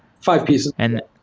five pieces and